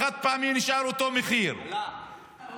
החד-פעמי נשאר אותו מחיר --- עלה.